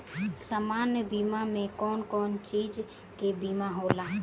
सामान्य बीमा में कवन कवन चीज के बीमा होला?